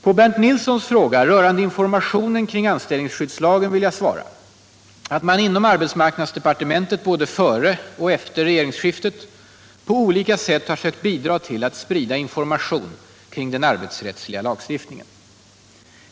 På Bernt Nilssons fråga rörande informationen kring anställningsskyddslagen vill jag svara att man inom arbetsmarknadsdepartementet, både före och efter regeringsskiftet, på olika sätt har sökt bidra till att sprida information kring den arbetsrättsliga lagstiftningen.